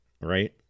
right